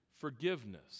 forgiveness